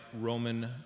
Roman